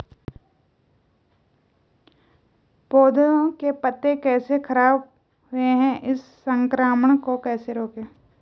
पौधों के पत्ते कैसे खराब हुए हैं इस संक्रमण को कैसे रोकें?